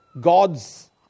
gods